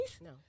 No